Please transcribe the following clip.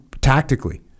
tactically